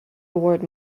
award